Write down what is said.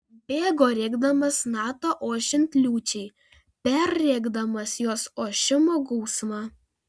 bėgo rėkdamas natą ošiant liūčiai perrėkdamas jos ošimo gausmą